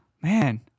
man